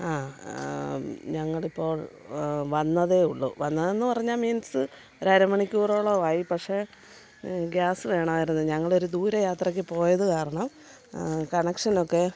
ആ ഞങ്ങളിപ്പോൾ വന്നതേയുള്ളൂ വന്നതെന്നു പറഞ്ഞാൽ മീൻസ് ഒരു അരമണിക്കൂറോളം ആയി പക്ഷേ ഗ്യാസ് വേണമായിരുന്നു ഞങ്ങളൊരു ദൂരയാത്രയ്ക്കു പോയതു കാരണം കണക്ഷൻ ഒക്കെ